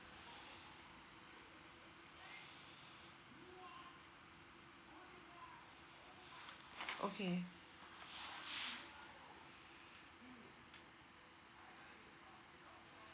okay